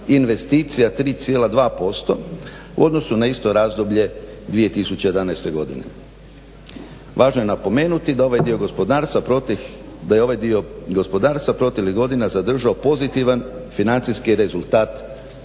investicija 3,2% u odnosu na isto razdoblje 2011.godine. Važno je napomenuti da ovaj dio gospodarstva proteklih godina zadržao pozitivan financijski rezultat